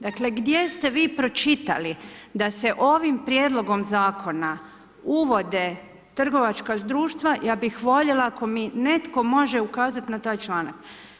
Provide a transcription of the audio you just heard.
Dakle, gdje ste vi pročitali, da se ovim prijedlogom zakona uvode trgovačka društva, ja bih voljela, ako mi netko može ukazati na taj članak.